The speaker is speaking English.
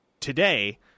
today